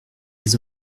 ils